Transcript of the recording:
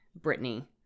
britney